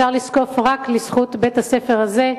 אפשר לזקוף רק לזכות בית-הספר הזה,